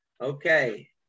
Okay